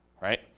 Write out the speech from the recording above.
right